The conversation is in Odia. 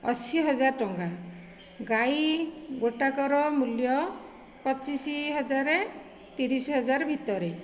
ଅଶି ହଜାର ଟଙ୍କା ଗାଈ ଗୋଟାକର ମୂଲ୍ୟ ପଚିଶ ହଜାର ତିରିଶ ହଜାର ଭିତରେ